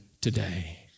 today